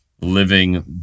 living